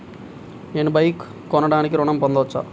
నేను బైక్ కొనటానికి ఋణం పొందవచ్చా?